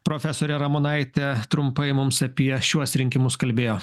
profesorė ramonaitė trumpai mums apie šiuos rinkimus kalbėjo